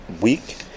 week